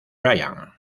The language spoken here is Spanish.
brian